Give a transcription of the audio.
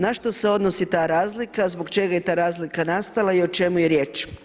Na što se odnosi ta razlika, zbog čega je ta razlika nastala i o čemu je riječ?